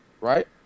right